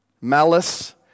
Malice